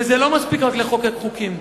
וזה לא מספיק רק לחוקק חוקים,